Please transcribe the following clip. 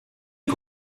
les